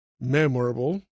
memorable